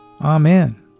Amen